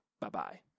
Bye-bye